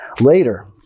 Later